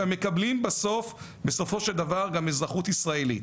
גם מקבלים בסופו של דבר גם אזרחות ישראלית.